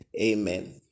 Amen